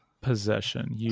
possession